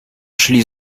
szli